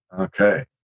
Okay